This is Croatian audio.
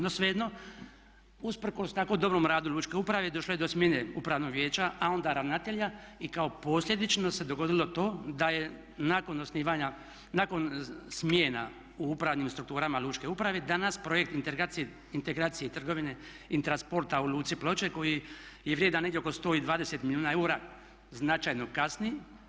No, svejedno usprkos tako dobrom radu lučke uprave došlo je do smjene upravnog vijeća a onda ravnatelja i kao posljedično se dogodilo to da je nakon osnivanja, nakon smjena u upravnim strukturama lučke uprave danas projekt integracije trgovine i transporta u luci Ploče koji je vrijedan negdje oko 120 milijuna eura značajno kasni.